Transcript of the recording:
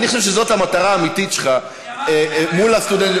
אני חושב שזאת המטרה האמיתית שלך מול הסטודנטים,